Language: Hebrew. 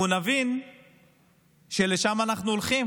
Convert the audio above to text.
אנחנו נבין שלשם אנחנו הולכים,